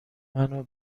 منو